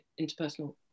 interpersonal